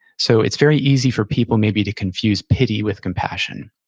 so it's very easy for people maybe to confuse pity with compassion.